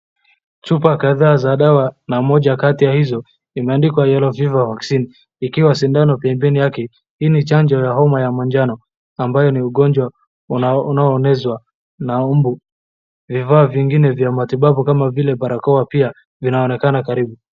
Chupa kadhaa za dawa na mmoja kati ya hizo imeandikwa Yellow Fever vaccine ikiwa sindano pembeni hii ni chanjo ya homa ya manjano ambayo ni ugonjwa unaoenezwa na mbu. Vifaa vingine vya matibabu kama vile barakoa pia vinaonekana karibu.